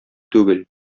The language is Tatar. түгел